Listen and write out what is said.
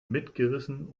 mitgerissen